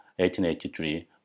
1883